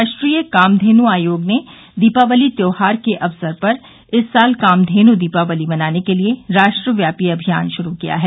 राष्ट्रीय कामधेन् आयोग ने दीपावली त्योहार के अवसर पर इस साल कामधेन् दीपावली मनाने के लिए राष्ट्रव्यापी अभियान शुरू किया है